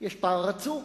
יש פער עצום.